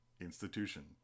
Institution